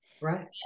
right